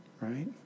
right